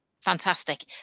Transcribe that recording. Fantastic